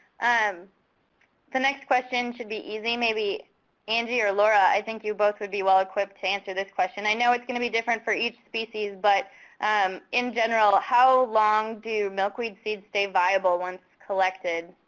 and the next question should be easy. may be angie or laura, i think you both would be well equipped to answer the question. i know it's going to be different for each species, but um in general, how long do milkweed seeds stay viable once collected?